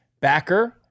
backer